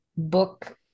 book